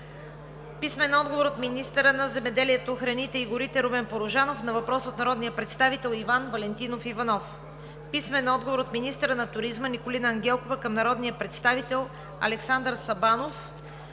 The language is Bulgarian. Иванов; - министъра на земеделието, храните и горите Румен Порожанов на въпрос от народния представител Иван Валентинов Иванов; - министъра на туризма Николина Ангелкова на въпрос от народния представител Александър Сабанов;